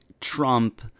Trump